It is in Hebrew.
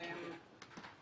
תודה.